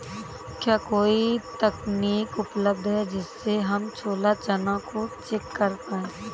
क्या कोई तकनीक उपलब्ध है जिससे हम छोला चना को चेक कर पाए?